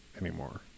anymore